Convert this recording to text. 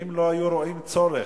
-- שאם לא היו רואים צורך,